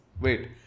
Wait